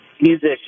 musician